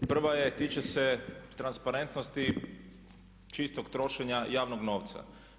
Prva je, tiče se transparentnosti čistog trošenja javnog novca.